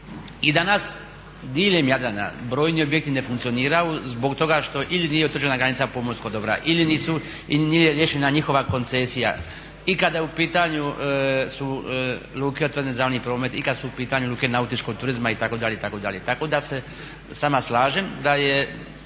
I danas diljem Jadrana brojni objekti ne funkcioniraju zbog toga što ili nije utvrđena granica pomorskog dobra ili nije riješena njihova koncesija. I kada su u pitanju luke otvorene za javni promet i kada su u pitanju luke nautičkog turizma, itd., itd… Tako da se s vama slažem da je